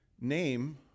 name